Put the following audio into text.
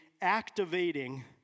activating